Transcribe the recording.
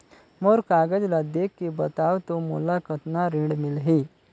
मोर कागज ला देखके बताव तो मोला कतना ऋण मिलही?